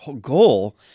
goal